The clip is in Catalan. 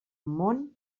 món